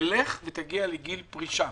תגיע לגיל פרישה.